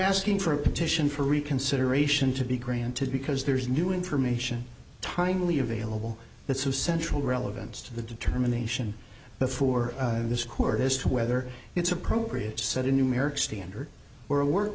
asking for a petition for reconsideration to be granted because there's new information timely available the central relevance to the determination before this court as to whether it's appropriate set a numeric standard or a work